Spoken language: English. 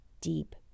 deep